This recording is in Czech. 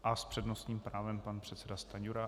A s přednostním právem pan předseda Stanjura.